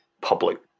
public